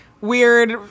weird